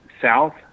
South